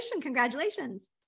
Congratulations